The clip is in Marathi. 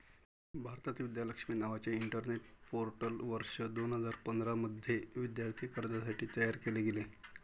भारतात, विद्या लक्ष्मी नावाचे इंटरनेट पोर्टल वर्ष दोन हजार पंधरा मध्ये विद्यार्थी कर्जासाठी तयार केले गेले